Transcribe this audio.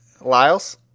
Lyles